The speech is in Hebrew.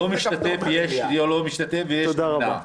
יש "לא משתתף" ויש "נמנע".